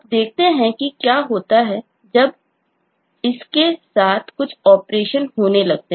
अब देखते हैं कि क्या होता है जब इसके साथ कुछ ऑपरेशन होने लगते हैं